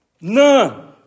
None